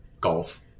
golf